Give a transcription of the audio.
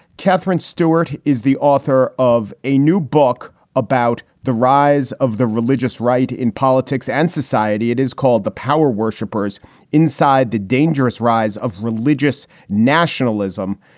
katherine stewart is the author of a new book about the rise of the religious right in politics and society. it is called the power worshipers inside the dangerous rise of religious nationalism.